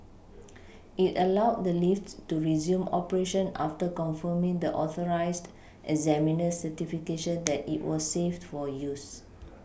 it allowed the lift to resume operation after confirming the authorised examiner's certification that it was safe for use